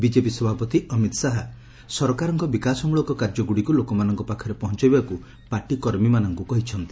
BJP ସଭାପତି ଅମିତ ଶାହା ସରକାରଙ୍କ ବିକାଶମଳକ କାର୍ଯ୍ୟଗୁଡ଼ିକୁ ଲୋକମାନଙ୍କ ପାଖରେ ପହଞ୍ଚାଇବାକୁ ପାର୍ଟି କର୍ମୀମାନଙ୍କୁ କହିଛନ୍ତି